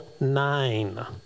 nine